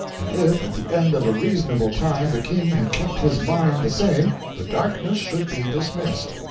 and if at the end of a reasonable time the king had kept his mind the same, the darkness should be dismissed.